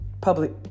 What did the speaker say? public